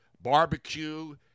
barbecue